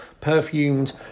perfumed